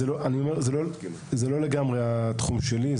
אני כן אציין שזה לא לגמרי התחום שלי,